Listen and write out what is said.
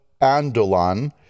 Andolan